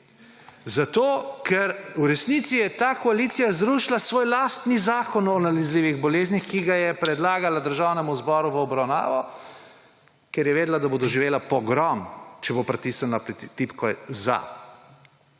Zato ker v resnici je ta koalicija zrušila svoj lastni zakon o nalezljivih boleznih, ki ga je predlagala Državnemu zboru v obravnavo, ker je vedela, da bo doživela pogrom, če bo pritisnila tipko za.